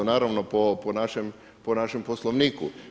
Naravno, po našem Poslovniku.